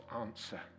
answer